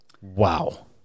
Wow